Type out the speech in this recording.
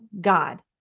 God